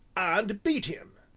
and beat him!